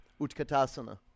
Utkatasana